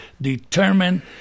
determined